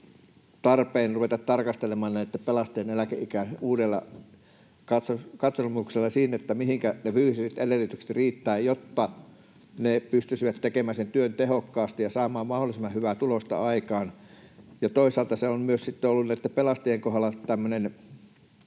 tarpeen ruveta tarkastelemaan pelastajien eläkeikää uudella katselmuksella niin, että mihinkä ne fyysiset edellytykset riittävät, jotta he pystyisivät tekemään sen työn tehokkaasti ja saamaan mahdollisimman hyvää tulosta aikaan. Toisaalta se on myös sitten ollut pelastajien kohdalla